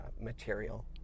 material